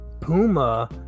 Puma